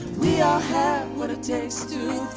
we ah have what it takes to